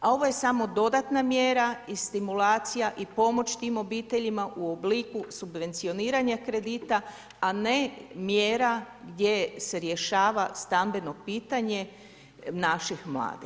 A ovo je samo dodatna mjera i stimulacija i pomoć tim obiteljima u obliku subvencioniranja kredita, a ne mjera gdje se rješava stambeno pitanje naših mladih.